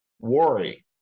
worry